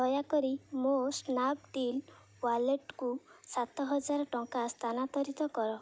ଦୟାକରି ମୋ ସ୍ନାପ୍ଡ଼ିଲ୍ ୱାଲେଟକୁ ସାତହଜାରେ ଟଙ୍କା ସ୍ଥାନାନ୍ତରିତ କର